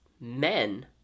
men